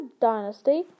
Dynasty